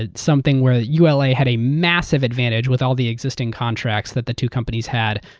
ah something where ula had a massive advantage with all the existing contracts that the two companies had.